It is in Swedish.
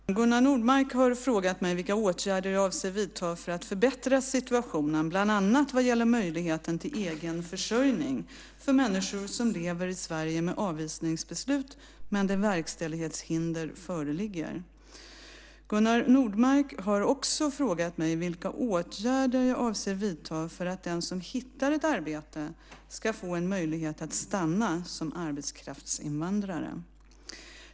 Herr talman! Gunnar Nordmark har frågat mig vilka åtgärder jag avser att vidta för att förbättra situationen, bland annat vad gäller möjligheten till egen försörjning, för människor som lever i Sverige med avvisningsbeslut men där verkställighetshinder föreligger. Gunnar Nordmark har också frågat mig vilka åtgärder jag avser att vidta för att den som hittar ett arbete ska få möjlighet att stanna som arbetskraftsinvandrare.